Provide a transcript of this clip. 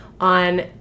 on